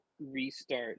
restart